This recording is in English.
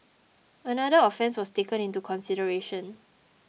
another offence was taken into consideration